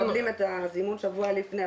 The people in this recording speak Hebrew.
הם שולחים את הזימון שבוע לפני,